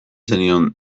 zenion